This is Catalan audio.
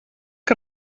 que